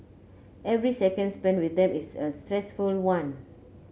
every second spent with them is a stressful one